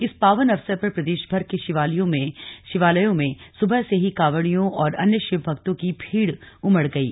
इस पावन अवसर पर प्रदेशभर के शिवालयों में सुबह से ही कांवड़ियों और अन्य शिवभक्तों की भीड़ उमड़ गयी